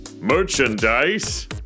merchandise